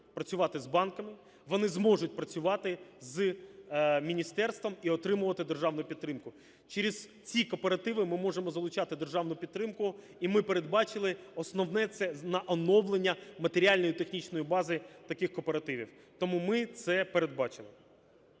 працювати з банками, вони зможуть працювати з міністерством і отримувати державну підтримку. Через ці кооперативи ми можемо залучати державну підтримку, і ми передбачили основне - це на оновлення матеріально-технічної бази таких кооперативів. Тому ми це передбачили.